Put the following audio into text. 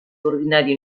ordinari